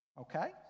Okay